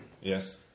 Yes